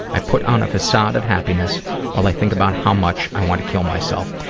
i put on a facade of happiness while i think about how much i want to kill myself.